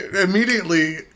immediately